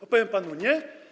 Odpowiem panu: nie.